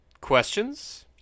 questions